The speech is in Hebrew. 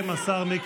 רק השלום.